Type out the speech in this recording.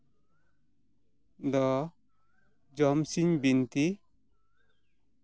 ᱫᱚ ᱡᱚᱢᱥᱤᱢ ᱵᱤᱱᱛᱤ